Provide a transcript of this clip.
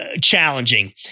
challenging